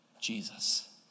Jesus